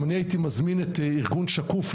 אם אני הייתי מזמין את ארגון "שקוף",